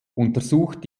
untersucht